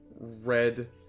red